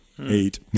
eight